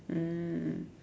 mm